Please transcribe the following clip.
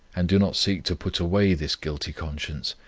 and do not seek to put away this guilty conscience,